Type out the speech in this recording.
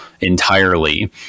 entirely